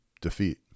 defeat